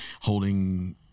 holding